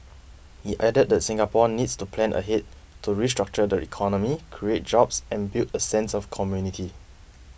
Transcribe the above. he added that Singapore needs to plan ahead to restructure the economy create jobs and build a sense of community